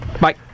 bye